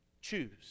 choose